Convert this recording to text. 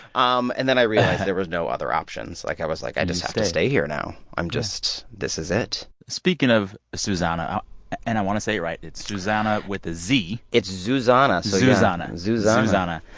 um and then i realized there was no other options. like, i was like, i just have to stay here now. i'm just this is it speaking of zuzanna and i want to say it right. it's zuzanna, with a z it's zuzanna so zuzanna and zuzanna zuzanna.